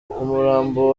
umurambo